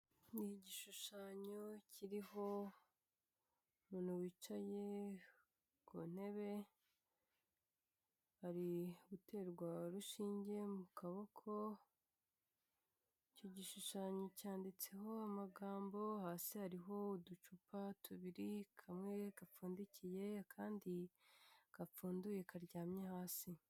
Ni igishushanyo kiriho umuntu wicaye ku ntebe ari guterwa urushinge mu kaboko, icyo gishushanyo cyanditseho amagambo, hasi hariho uducupa tubiri kamwe gapfundikiye akandi gapfunduye karyamye hasi.